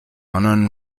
unknown